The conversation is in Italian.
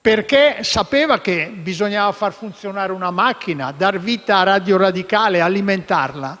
perché sapeva che bisognava far funzionare una macchina: dar vita a «Radio Radicale» e alimentarla.